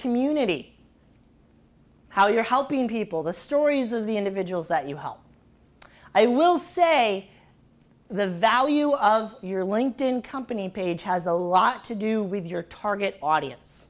community how you're helping people the stories of the individuals that you help i will say the value of your linked in company page has a lot to do with your target audience